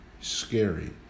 scary